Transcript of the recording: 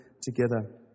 together